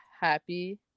happy